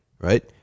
right